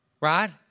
right